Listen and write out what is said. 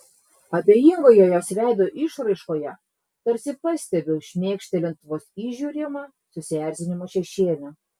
abejingoje jos veido išraiškoje tarsi pastebiu šmėkštelint vos įžiūrimą susierzinimo šešėlį